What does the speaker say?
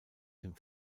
dem